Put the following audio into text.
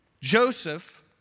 Joseph